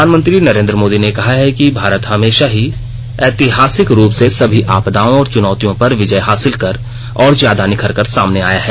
प्रधानमंत्री नरेंद्र मोदी ने कहा है कि भारत हमेशा ही ऐतिहासिक रूप से सभी आपदाओं और चुनौतियों पर विजय हासिल कर और ज्यादा निखरकर सामने आया है